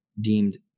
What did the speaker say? deemed